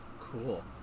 cool